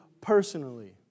personally